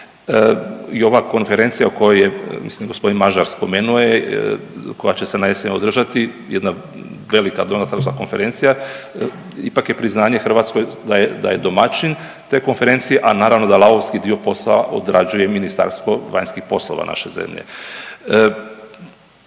I ova konferencija koju je mislim gospodin Mažar spomenuo je koja će se na jesen održati, jedna velika donatorska konferencija. Ipak je priznanje Hrvatskoj da je domaćin te konferencije, a naravno da lavovski dio posla odrađuje Ministarstvo vanjskih poslova naše zemlje.